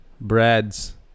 Brad's